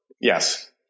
yes